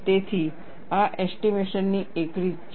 તેથી આ એસ્ટીમેશન ની એક રીત છે